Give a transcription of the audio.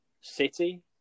City